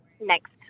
next